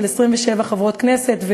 27 חברות כנסת,